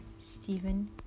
Stephen